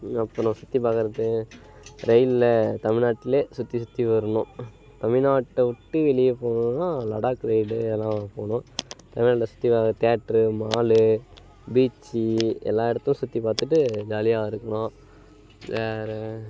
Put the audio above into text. அப்புறம் சுற்றி பார்க்கறது ரயிலில் தமிழ்நாட்டில் சுற்றி சுற்றி வரணும் தமிழ்நாட்டை விட்டு வெளியே போகணும்னா லடாக்கு ரைடு இதெல்லாம் போகணும் சுற்றி வர தேட்டரு மாலு பீச்சி எல்லா இடத்தையும் சுற்றி பார்த்துட்டு ஜாலியாக இருக்கணும் வேறு